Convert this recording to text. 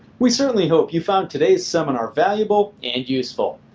we certainly hope you found today's seminar valuable and useful.